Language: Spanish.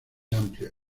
amplia